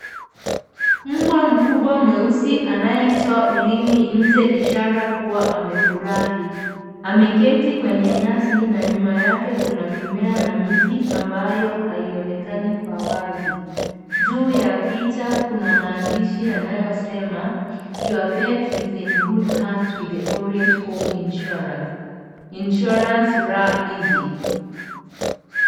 Mbwa mkubwa mweusi anayetoa ulimi nje ishara kuwa amefurahi ameketi kwenye nyasi na nyuma yake kuna mimea na miti ambayo haionekani kwa wazi, juu ya picha kuna maandishi yanayosema your pet is in good hands with the Orient home insurance insurance rah-easy.